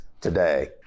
today